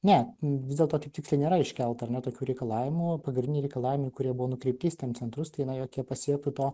ne vis dėlto taip tiksliai nėra iškelta ar ne tokių reikalavimų pagrindiniai reikalavimai kurie buvo nukreipti į steam centrus tai na jog jie pasiektų to